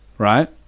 Right